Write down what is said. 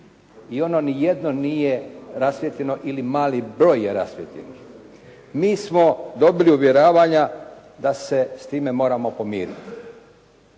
i ono ni jedno nije rasvijetljeno ili mali broj je rasvijetljen. Mi smo dobili uvjeravanja da se s time moramo pomiriti.